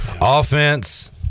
Offense